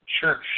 Sure